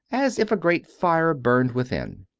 as if a great fire burned within.